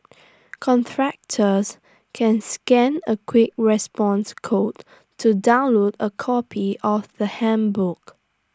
contractors can scan A quick response code to download A copy of the handbook